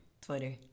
Twitter